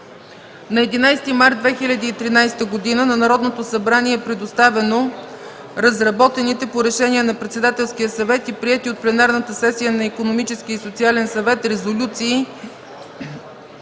На 11 март 2013 г. на Народното събрание са предоставени разработените по решение на Председателския съвет и приети от Пленарната сесия на Икономическия и социален съвет резолюции